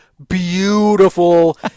beautiful